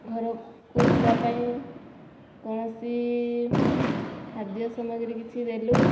ଘରକୁ ଯିବା ପାଇଁ କୌଣସି ଖାଦ୍ୟ ସାମଗ୍ରୀ କିଛି ଦେଲୁ